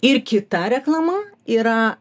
ir kita reklama yra